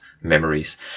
memories